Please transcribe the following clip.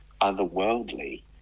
otherworldly